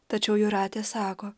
tačiau jūratė sako